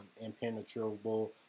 impenetrable